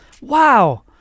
Wow